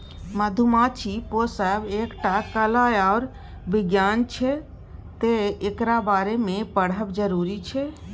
मधुमाछी पोसब एकटा कला आर बिज्ञान छै तैं एकरा बारे मे पढ़ब जरुरी छै